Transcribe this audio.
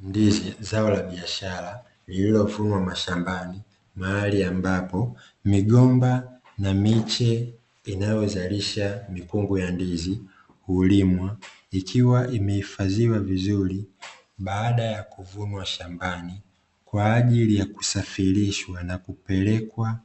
Ndizi zao la biashara lililovunwa mashambani mahali ambapo migomba na miche inayozalisha mikungu ya ndizi hulimwa ikiwa imehifadhiwa vizuri baada ya kuvunwa shambani kwa ajili ya kusafirishwa na kupelekwa